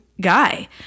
guy